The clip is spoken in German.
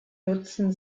nutzen